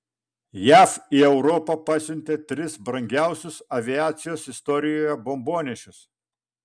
jav į europą pasiuntė tris brangiausius aviacijos istorijoje bombonešius